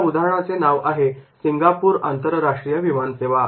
या उदाहरणाचे नाव आहे सिंगापूर आंतरराष्ट्रीय विमानसेवा